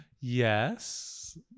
Yes